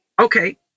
okay